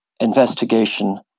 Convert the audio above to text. investigation